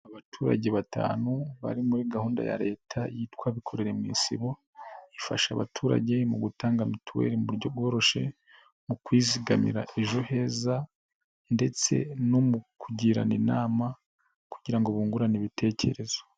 Abaturage batanu, bari muri gahunda ya leta, yitwa abikorera mu isibo, ifasha abaturage mu gutanga mituweli muburyo bworoshye, mu kuzigamira ejo heza ndetse no mu kugirana inama kugira ngo bungurane ibitekerezo.